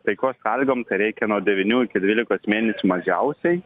taikos sąlygom tai reikia nuo devynių iki dvylikos mėnesių mažiausiai